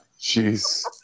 Jeez